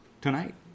tonight